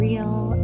Real